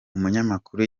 umunyamakuru